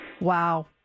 Wow